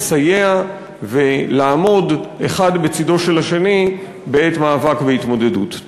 לסייע ולעמוד אחד בצדו של השני בעת מאבק והתמודדות.